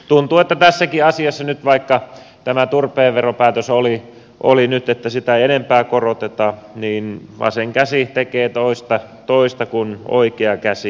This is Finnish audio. tuntuu että tässäkin asiassa nyt vaikka tämä turpeen veropäätös oli että sitä ei enempää koroteta vasen käsi tekee toista kuin oikea käsi